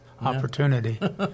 opportunity